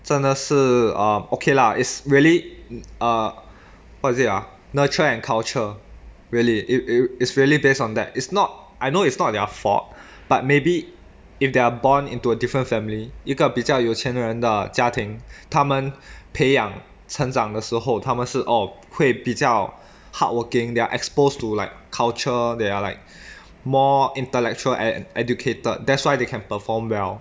真的是 ah okay lah it's really uh what is it uh nurture and culture really it is really based on that it's not I know it's not their fault but maybe if they are born into a different family 一个比较有钱人的家庭他们培养成长的时候他们是哦会比较 hardworking they're exposed to like culture they are like more intellectual and educated that's why they can perform well